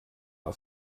auf